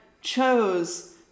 chose